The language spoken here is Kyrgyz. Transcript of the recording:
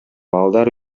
балдар